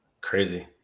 Crazy